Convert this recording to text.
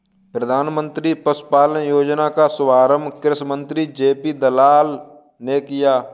प्रधानमंत्री पशुपालन योजना का शुभारंभ कृषि मंत्री जे.पी दलाल ने किया